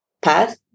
path